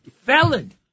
felon